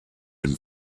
been